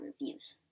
reviews